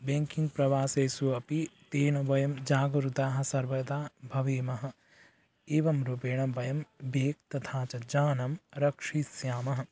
banking प्रवासेषु अपि तेन वयं जागृताः सर्वदा भवेम एवं रूपेण वयं बीग् तथा च यानं रक्षिष्यामः